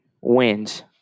wins